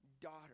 daughter